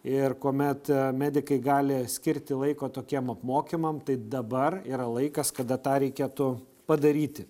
ir kuomet medikai gali skirti laiko tokiem apmokymam tai dabar yra laikas kada tą reikėtų padaryti